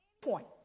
point